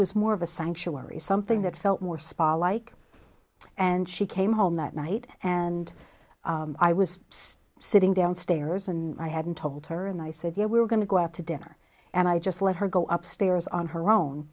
was more of a sanctuary something that felt more spa like and she came home that night and i was sitting downstairs and i hadn't told her and i said yeah we're going to go out to dinner and i just let her go up stairs on her own